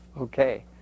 okay